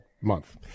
month